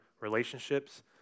relationships